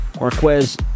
Marquez